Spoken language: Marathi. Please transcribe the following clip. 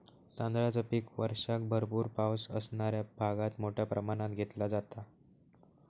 तांदळाचा पीक वर्षाक भरपूर पावस असणाऱ्या भागात मोठ्या प्रमाणात घेतला जाता